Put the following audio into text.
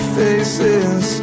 faces